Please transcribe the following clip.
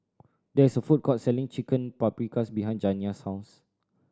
there is a food court selling Chicken Paprikas behind Janiah's house